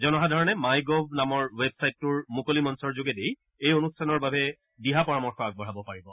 জনসাধাৰণে MyGov নামৰ ৱেবছাইটটোৰ মুকলি মঞ্চৰ যোগেদি এই অনুষ্ঠানৰ বাবে দিহা পৰামৰ্শ আগবঢ়াব পাৰিব